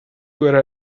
where